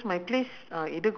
sedap